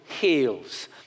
heals